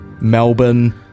Melbourne